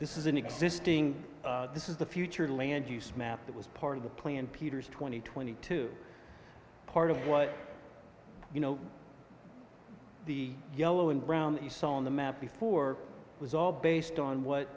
this is an existing this is the future land use map that was part of the plan peters twenty twenty two part of what you know the yellow and brown that you saw on the map before was all based on what